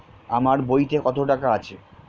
আমার বইতে কত টাকা আছে?